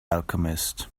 alchemist